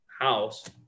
house